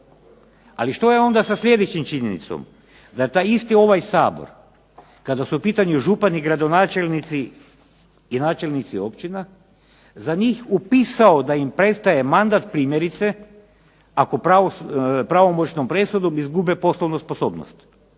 Ali što je onda sa sljedećom činjenicom da je taj isti ovaj Sabor kada su u pitanju župani i gradonačelnici i načelnici općina, za njih upisao da im prestaje mandat primjerice ako pravomoćnom presudom izgube poslovnu sposobnost.